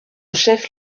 chef